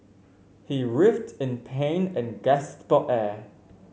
he writhed in pain and gasped for air